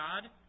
God